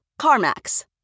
CarMax